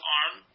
arm